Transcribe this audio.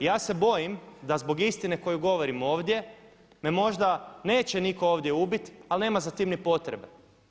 I ja se bojim da zbog istine koju govorim ovdje me možda neće niko ovdje ubiti, ali nema za tim ni potrebe.